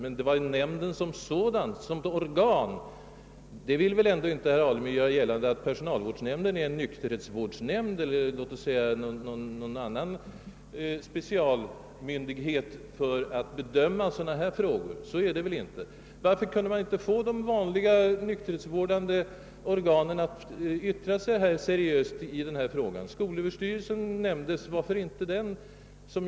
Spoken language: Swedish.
Jag talade om nämnden som organ, och herr Alemyr vill väl ändå inte göra gällande, att personalvårdsnämnden är en nykterhetsvårdsnämnd eller en specialmyndighet för att bedöma sådana här frågor? Varför kunde man inte låta de vanliga nykterhetsvårdande organen yttra sig seriöst i denna fråga? Skolöverstyrelsen nämndes av herr Alemyr. Varför kunde inte den få yttra sig?